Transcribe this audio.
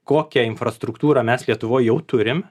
kokią infrastruktūrą mes lietuvoj jau turim